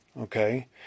okay